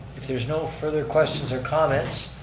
if there's no further questions or comments,